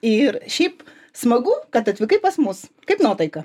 ir šiaip smagu kad atvykai pas mus kaip nuotaika